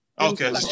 Okay